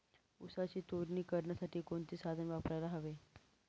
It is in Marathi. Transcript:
ऊसाची तोडणी करण्यासाठी कोणते साधन वापरायला हवे?